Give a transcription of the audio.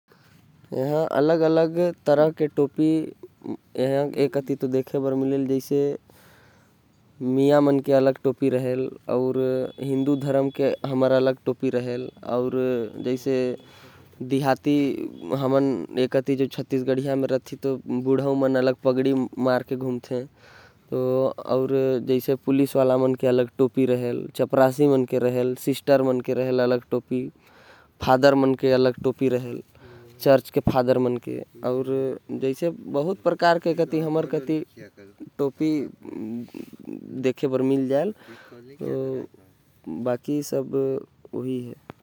टोपी बहुते प्रकार के होथे जैसे मुस्लिम मन के टोपी हिन्दू मन के टोपी अलग होथे। गाव के बुज़ुर्ग मन के अलग टोपी होथे। पुलिस मन के अलग टोपी होथे। चपरासी के अलग होथे अउ नर्स मन के टोपी अलग होथे।